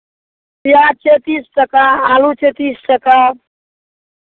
पियाज छै तीस टाका आलू छै तीस टाका